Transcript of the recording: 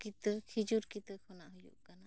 ᱠᱤᱛᱟᱹ ᱠᱷᱤᱡᱩᱨ ᱠᱤᱛᱟᱹ ᱠᱷᱚᱱᱟᱜ ᱦᱩᱭᱩᱜ ᱠᱟᱱᱟ